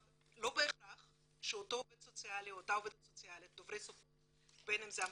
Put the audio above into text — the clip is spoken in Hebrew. בהכרח אותו עובד סוציאלי דוברי שפות אמהרית,